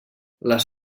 les